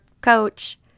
coach